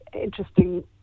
interesting